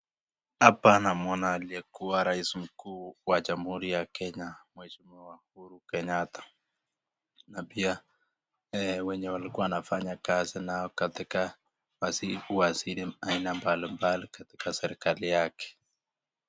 Hapa namuona aliyekuwa rais mkuu wa Jamhuri ya Kenya, Uhuru Muigai Kenyatta na pia wenye walikua wanafanya kazi nao katika waziri aina mbali mbali katika serikali yake.